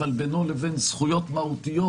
אבל בינו לבין זכויות מהותיות,